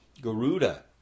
Garuda